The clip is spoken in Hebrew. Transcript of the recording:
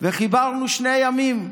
וחיברנו שני ימים: